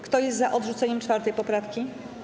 Kto jest za odrzuceniem 4. poprawki?